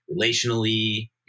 relationally